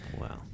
wow